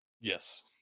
Yes